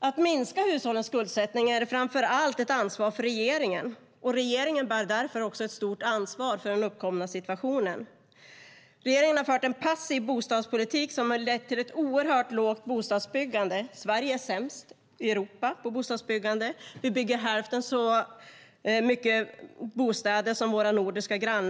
Att minska hushållens skuldsättning är framför allt ett ansvar för regeringen. Regeringen bär därför också ett stort ansvar för den uppkomna situationen. Regeringen har fört en passiv bostadspolitik som har lett till ett oerhört lågt byggande. Sverige är sämst i Europa på bostadsbyggande. Vi bygger hälften så mycket bostäder som våra nordiska grannar.